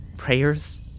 Prayers